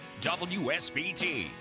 WSBT